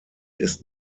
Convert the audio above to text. ist